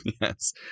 yes